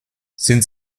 sind